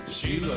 Sheila